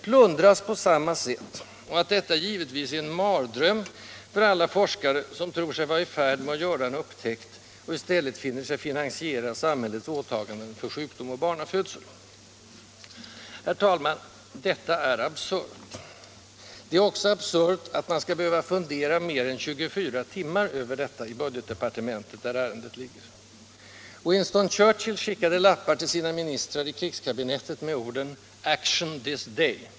— plundras på samma sätt och att detta givetvis är en mardröm för alla forskare, som tror sig vara i färd med att göra en upptäckt och i stället finner sig finansiera samhällets åtaganden för sjukdom och barnafödsel. Herr talman! Detta är absurt. Och det är också absurt att man skall behöva fundera mer än 24 timmar över detta i budgetdepartementet, där ärendet ligger. Winston Churchill skickade lappar till sina ministrar i krigskabinettet med orden ” Action this day”.